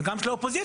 גם של האופוזיציה,